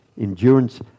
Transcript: endurance